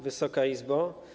Wysoka Izbo!